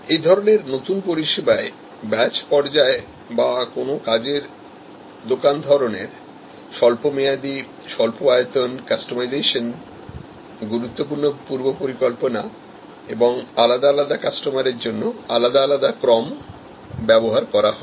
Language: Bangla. এই ধরনের নতুন পরিষেবায় ব্যাচ পর্যায় বা কোন কাজের দোকান ধরনের স্বল্পমেয়াদী স্বল্প আয়তন কাস্টমাইজেশন গুরুত্বপূর্ণ পূর্বপরিকল্পনা এবং আলাদা আলাদা কাস্টমারের জন্য আলাদা আলাদা ক্রম ব্যবহার হয়